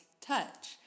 touch